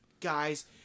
Guys